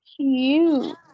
cute